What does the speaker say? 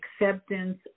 acceptance